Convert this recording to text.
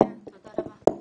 תודה רבה.